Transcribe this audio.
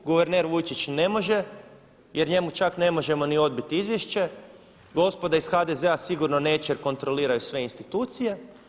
Guverner Vujčić jer njemu čak ne možemo ni odbiti izvješće, gospoda iz HDZ-a sigurno neće kontroliraju sve institucije.